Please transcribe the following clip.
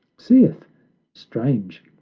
seeth strange!